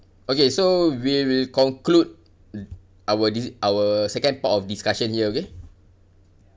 okay so we will conclude our di~ our second part of discussion here okay